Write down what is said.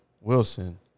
Wilson